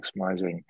maximizing